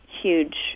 huge